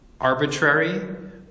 arbitrary